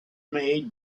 made